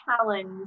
challenge